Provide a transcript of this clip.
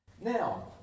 Now